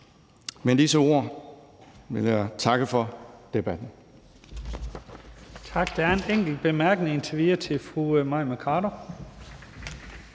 Med disse ord vil jeg takke for debatten.